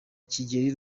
kigeli